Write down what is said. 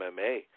MMA